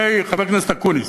חבר הכנסת אקוניס,